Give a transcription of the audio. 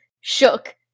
shook